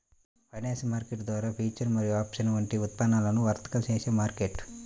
financial market ద్వారా futures మరియు options వంటి ఉత్పన్నాలను వర్తకం చేసే మార్కెట్